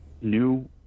new